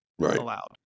allowed